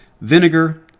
vinegar